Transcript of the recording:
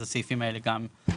אז הסעיפים האלה גם רלוונטי,